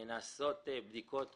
נעשות בדיקות תקופתיות,